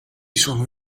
sono